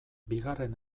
bigarren